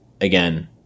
again